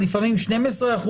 לפעמים12%,